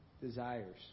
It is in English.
desires